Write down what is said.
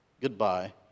goodbye